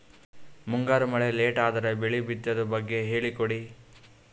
ಮುಂಗಾರು ಮಳೆ ಲೇಟ್ ಅದರ ಬೆಳೆ ಬಿತದು ಬಗ್ಗೆ ಹೇಳಿ ಕೊಡಿ?